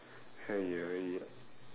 !haiyo! !haiyo!